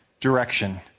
direction